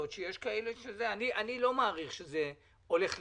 אני לא מעריך שזה הולך לקרות,